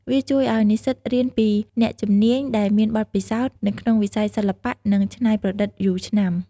វាជួយឲ្យនិស្សិតរៀនពីអ្នកជំនាញ ដែលមានបទពិសោធន៍នៅក្នុងវិស័យសិល្បៈនិងច្នៃប្រឌិតយូរឆ្នាំ។